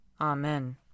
Amen